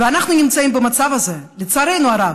ואנחנו נמצאים במצב הזה, לצערנו הרב,